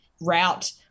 route